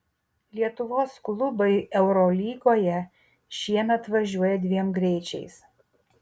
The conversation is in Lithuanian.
lietuvos klubai eurolygoje šiemet važiuoja dviem greičiais